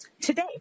today